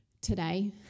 today